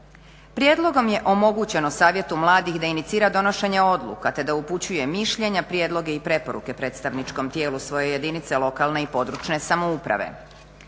Prijedlogom je omogućeno savjetu mladih da inicira donošenje odluka te da upućuje mišljenja, prijedloge i preporuke predstavničkom tijelu svoje jedinice lokalne i područne samouprave.